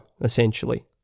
essentially